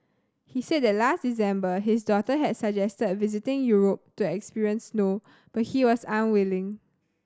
he said that last December his daughter had suggested visiting Europe to experience snow but he was unwilling